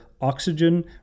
oxygen